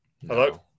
Hello